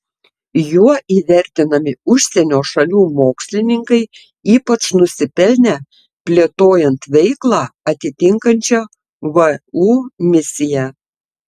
juo įvertinami užsienio šalių mokslininkai ypač nusipelnę plėtojant veiklą atitinkančią vu misiją